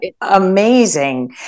amazing